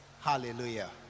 Hallelujah